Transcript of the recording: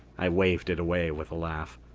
i waved it away with a laugh.